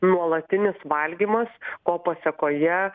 nuolatinis valgymas ko pasekoje